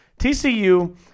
tcu